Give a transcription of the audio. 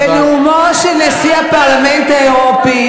ונאומו של נשיא הפרלמנט האירופי,